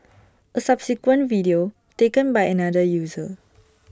A subsequent video taken by another user